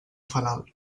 fanal